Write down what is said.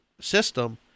system